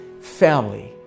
Family